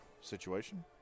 situation